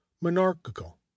monarchical